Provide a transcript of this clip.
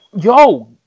yo